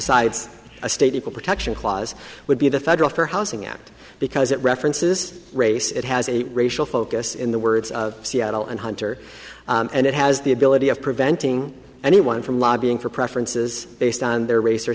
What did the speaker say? besides a state equal protection clause would be the federal for housing act because it references race it has a racial focus in the words of seattle and hunter and it has the ability of preventing anyone from lobbying for preferences based on their race or